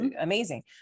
amazing